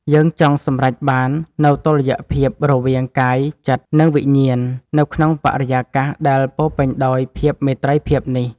យើងចង់សម្រេចបាននូវតុល្យភាពរវាង កាយ ចិត្ត និងវិញ្ញាណ នៅក្នុងបរិយាកាសដែលពោរពេញដោយភាពមេត្រីភាពនេះ។